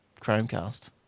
Chromecast